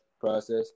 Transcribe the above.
process